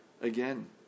again